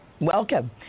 Welcome